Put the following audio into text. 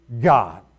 God